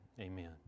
amen